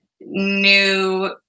new